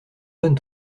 bonne